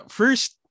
first